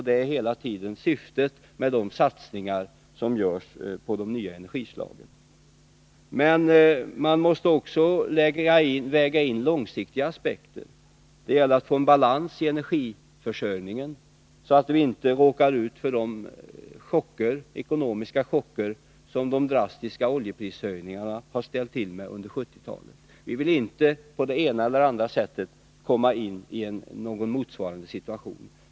Det är hela tiden syftet med de satsningar som görs på de nya energislagen. Men man måste också väga in långsiktiga aspekter. Det gäller att få balans i energiförsörjningen så att vi inte råkar ut för sådana ekonomiska chocker som de drastiska oljeprishöjningarna har ställt till med under 1970-talet. Vi vill inte på det ena eller andra sättet komma i någon motsvarande situation.